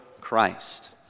Christ